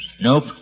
Nope